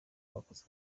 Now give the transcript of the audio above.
bakoze